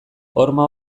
horma